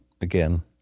again